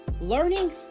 learning